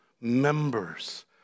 members